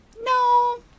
No